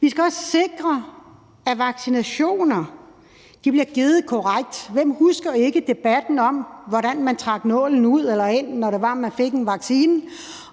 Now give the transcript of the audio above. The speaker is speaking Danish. Vi skal også sikre, at vaccinationerne bliver givet korrekt. Hvem husker ikke debatten om, hvordan man stak nålen ind eller trak den ud, når det var, at nogen fik en vaccine?